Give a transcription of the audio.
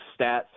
stats